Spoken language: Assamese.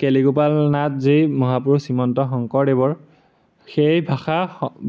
কেলেগোপাল নাট যি মহাপুৰুষ শ্ৰীমন্ত শংকৰদেৱৰ সেই ভাষা